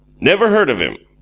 never heard of him.